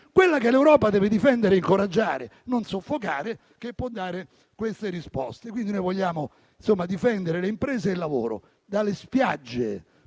quella che l'Europa deve difendere, incoraggiare e non soffocare, che può dare queste risposte. Noi vogliamo difendere le imprese e il lavoro, dalle spiagge,